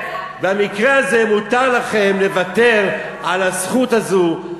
במקרה הזה מותר לכן לוותר על הזכות הזאת,